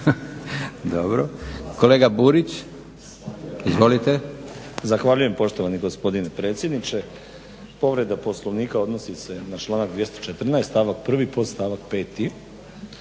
Izvolite. **Burić, Dinko (HDSSB)** Zahvaljujem poštovani gospodine predsjedniče. Povreda Poslovnika odnosi se na članak 214.stavak 1.podstavak 5.u